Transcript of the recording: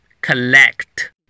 Collect